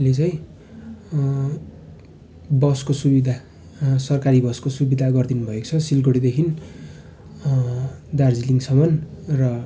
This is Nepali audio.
ले चाहिँ बसको सुविधा सरकारी बसको सुविधा गरिदिनु भएको छ सिलगढीदेखि दार्जिलिङसम्म र